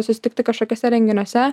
susitikti kažkokiuose renginiuose